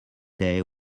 day